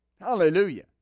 Hallelujah